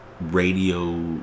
radio